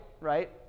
right